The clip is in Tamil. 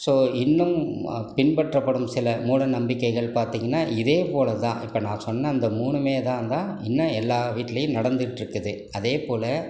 ஸோ இன்னும் பின்பற்றப்படும் சில மூடநம்பிக்கைகள் பார்த்திங்கன்னா இதேபோல தான் இப்போ நான் சொன்ன அந்த மூணுமேதான் தான் இன்னும் எல்லா வீட்டிலையும் நடந்துட்டுருக்குது அதேபோல